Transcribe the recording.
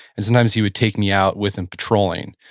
and sometimes he would take me out with him patrolling,